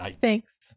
Thanks